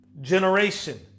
generation